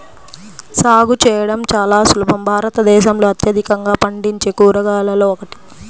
సాగు చేయడం చాలా సులభం భారతదేశంలో అత్యధికంగా పండించే కూరగాయలలో ఒకటి